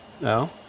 No